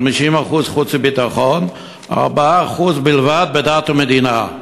50% חוץ וביטחון, 4% בלבד, דת ומדינה.